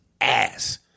ass